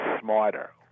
smarter